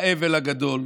לאבל הגדול,